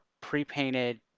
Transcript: pre-painted